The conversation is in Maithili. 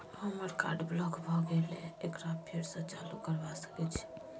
हमर कार्ड ब्लॉक भ गेले एकरा फेर स चालू करबा सके छि?